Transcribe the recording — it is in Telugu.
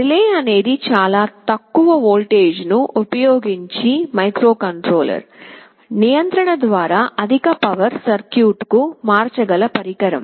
రిలే అనేది చాలా తక్కువ వోల్టేజ్ను ఉపయోగించి మైక్రోకంట్రోలర్ నియంత్రణ ద్వారా అధిక పవర్ సర్క్యూట్ కు మార్చగల పరికరం